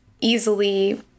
easily